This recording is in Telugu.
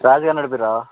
ర్యాష్గా నడిపినారా